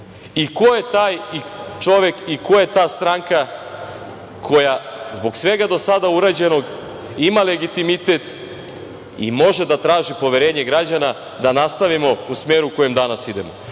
I, ko je taj čovek i koja je to stranka, koja zbog svega do sada urađenog ima legitimitet i može da traži poverenje građana da nastavimo u smeru u kojem danas idemo?